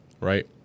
Right